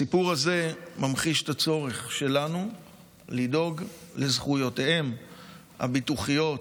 הסיפור הזה ממחיש את הצורך שלנו לדאוג לזכויותיהם הביטוחיות